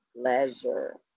pleasure